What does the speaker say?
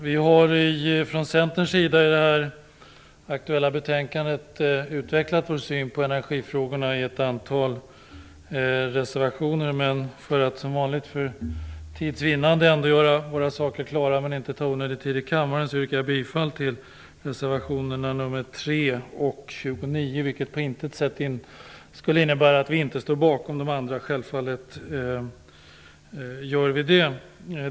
Herr talman! Vi från Centerns sida har i det aktuella betänkandet utvecklat vår syn på energifrågorna i ett antal reservationer. Men för att inte onödigt ta kammartid i anspråk yrkar jag endast bifall till reservationerna 3 och 29. Det innebär på intet sätt att vi inte skulle stå bakom de andra. Självfallet gör vi det.